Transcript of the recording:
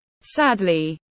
Sadly